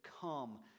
Come